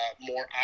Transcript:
more